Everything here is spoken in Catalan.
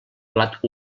plat